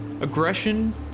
aggression